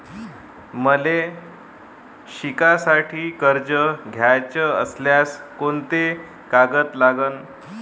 मले शिकासाठी कर्ज घ्याचं असल्यास कोंते कागद लागन?